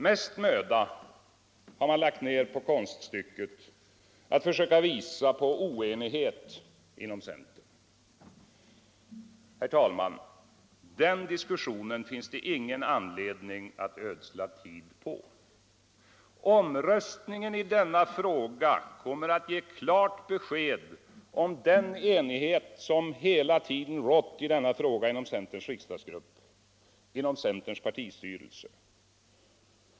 Mest möda har man lagt ner på konststycket att försöka visa på oenighet inom centern. Den diskussionen finns det ingen anledning att ödsla tid på. Omröstningen i denna fråga kommer att ge klart besked om den enighet som hela tiden rått inom centerns riksdagsgrupp och partistyrelse.